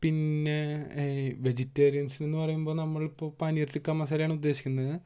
പിന്നെ വെജിറ്റേറിയൻസിന് എന്ന് പറയുമ്പോൾ നമ്മൾ ഇപ്പോൾ പനീർ ടിക്ക മസാല ആണ് ഉദേശിക്കുന്നത്